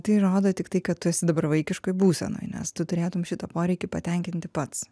tai rodo tik tai kad tu esi dabar vaikiškoj būsenoj nes tu turėtum šitą poreikį patenkinti pats